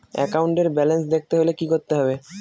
একাউন্টের ব্যালান্স দেখতে হলে কি করতে হবে?